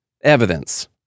evidence